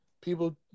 People